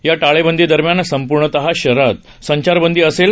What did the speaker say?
या टाळेबंदी दरम्यान संपूर्ण शहरात संचारबंदी असेल